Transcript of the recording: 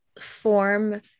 form